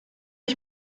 ich